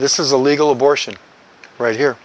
this is a legal abortion right here